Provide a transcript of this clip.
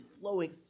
flowing